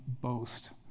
boast